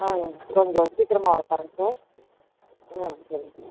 ஆ கொஞ்சம் சீக்கிரமாக வர பாருங்கள் சார் ஆ சரிங்க சார்